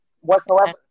whatsoever